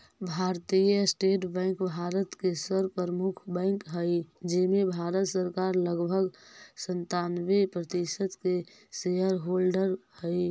भारतीय State Bank Bharat के सर्व प्रमुख बैंक हइ जेमें भारत सरकार लगभग सन्तानबे प्रतिशत के शेयर होल्डर हइ